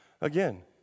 again